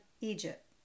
Egypt